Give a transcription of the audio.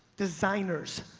designers,